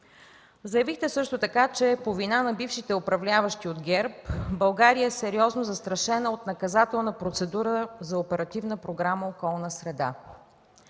Заявихте също така, че по вина на бившите управляващи от ГЕРБ България е сериозно застрашена от наказателна процедура за Оперативна програма „Околна среда”.